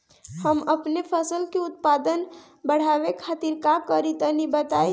हम अपने फसल के उत्पादन बड़ावे खातिर का करी टनी बताई?